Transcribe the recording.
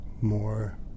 more